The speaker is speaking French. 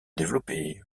développée